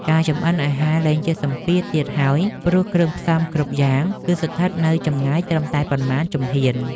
ការចម្អិនអាហារលែងជាសម្ពាធទៀតហើយព្រោះគ្រឿងផ្សំគ្រប់យ៉ាង គឺស្ថិតនៅចម្ងាយត្រឹមតែប៉ុន្មានជំហាន។